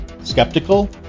skeptical